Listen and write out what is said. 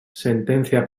sentencia